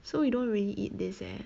so we don't really eat this eh